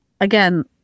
again